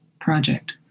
project